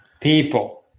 People